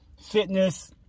fitness